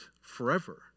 forever